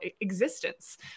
existence